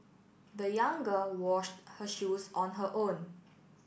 the young girl washed her shoes on her own